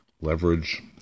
Leverage